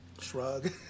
Shrug